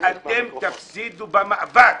אתם תפסידו במאבק.